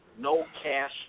no-cash